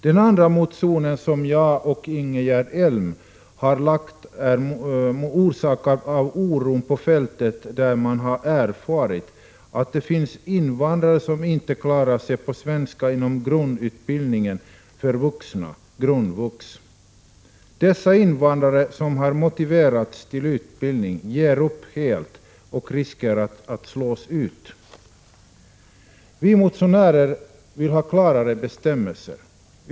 Den andra motionen, som jag och Ingegerd Elm har väckt, är orsakad av oron på fältet. Man har där erfarit att det finns invandrare som inte klarar sig på svenska inom grundutbildningen för vuxna, grundvux. Dessa invandrare, som har motiverats till utbildning, ger upp helt och riskerar att slås ut. Vi motionärer vill ha klarare bestämmelser.